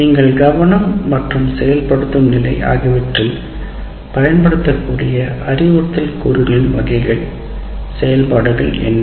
நீங்கள் கவனம் மற்றும் செயல்படுத்தும் நிலை ஆகியவற்றில் பயன்படுத்தக்கூடிய அறிவுறுத்தல் கூறுகளின் வகைகள் செயல்பாடுகள் என்ன